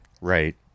Right